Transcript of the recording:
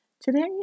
Today